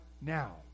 now